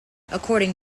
according